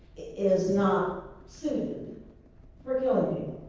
is not suited for killing